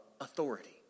authority